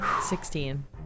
Sixteen